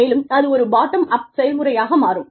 மேலும் அது ஒரு பாட்டம் அப் செயல்முறையாக மாறும்